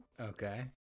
Okay